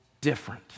different